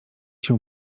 się